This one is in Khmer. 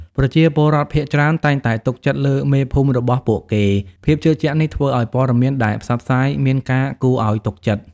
ប្រជាពលរដ្ឋភាគច្រើនតែងតែទុកចិត្តលើមេភូមិរបស់ពួកគេ ភាពជឿជាក់នេះធ្វើឱ្យព័ត៌មានដែលផ្សព្វផ្សាយមានការគួរឱ្យទុកចិត្ត។